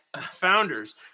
Founders